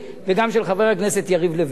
זאת אומרת שניתן להגיע להסכמות.